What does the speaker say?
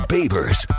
Babers